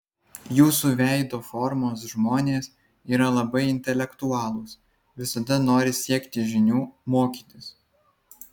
jūsų veido formos žmonės yra labai intelektualūs visada nori siekti žinių mokytis